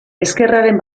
ezkerraren